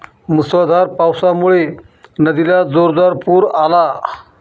मुसळधार पावसामुळे नदीला जोरदार पूर आला